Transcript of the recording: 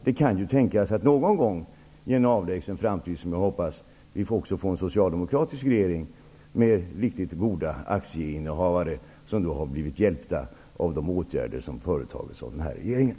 Det kan tänkas att det någon gång i en -- som jag hoppas -- avlägsen framtid kommer en socialdemokratisk regering som består av riktigt goda aktieinnehavare och som blir hjälpta av de åtgärder som har vidtagits av den här regeringen.